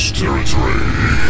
territory